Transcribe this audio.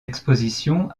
expositions